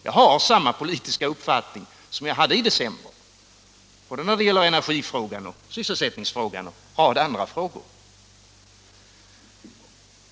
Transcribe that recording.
Jag har samma politiska uppfattning nu som jag hade i december när det gäller energifrågan, sysselsättningsfrågan och andra frågor.